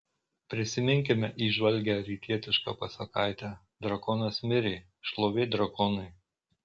prisiminkime įžvalgią rytietišką pasakaitę drakonas mirė šlovė drakonui